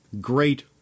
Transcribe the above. great